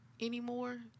anymore